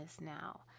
now